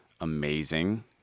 amazing